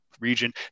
region